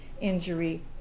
injury